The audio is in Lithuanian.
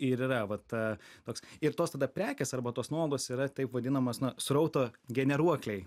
ir yra va ta toks ir tos tada prekės arba tos nuolaidos yra taip vadinamos na srauto generuokliai